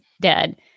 dead